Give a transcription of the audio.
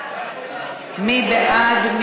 מי בעד?